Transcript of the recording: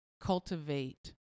cultivate